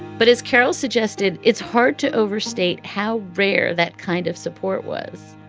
but as carol suggested, it's hard to overstate how rare that kind of support was.